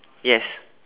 yes